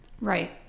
Right